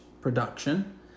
production